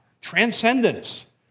Transcendence